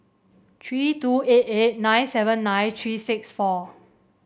three two eight eight nine seven nine three six four